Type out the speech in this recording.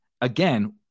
again